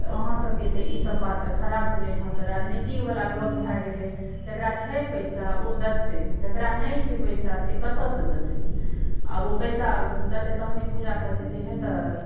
अहाँ सबकेँ तऽ ई सब बात तऽ खराब भेलए तहन तऽ राजनीतिक वला गप भए गेलै जकरा छै पैसा ओ देतए जेकरा नहि छै पैसा से कतऽसँ देतए आ ओ पैसा देतए तहने पूजा करतए से हेतए